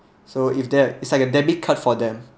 so if there it's like a debit card for them